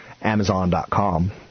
Amazon.com